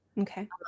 Okay